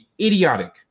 idiotic